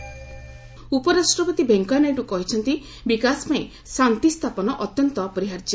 VP BJP ଉପରାଷ୍ଟ୍ରପତି ଭେଙ୍କିୟା ନାଇଡୁ କହିଛନ୍ତି ବିକାଶ ପାଇଁ ଶାନ୍ତି ସ୍ଥାପନ ଅତ୍ୟନ୍ତ ଅପରିହାର୍ଯ୍ୟ